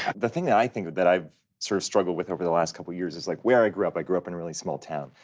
the thing that i think that i've sort of struggled with over the last couple years is like where i grew up. i grew up in a really small town.